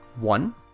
One